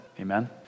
Amen